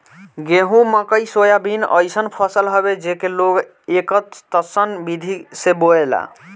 गेंहू, मकई, सोयाबीन अइसन फसल हवे जेके लोग एकतस्सन विधि से बोएला